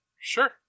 Sure